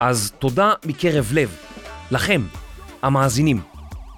אז תודה מקרב לב, לכם, המאזינים.